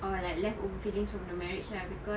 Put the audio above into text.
or like leftover feelings from the marriage ah because